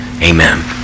Amen